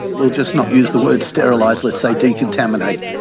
we'll just not use the word sterilise, let's say decontaminate.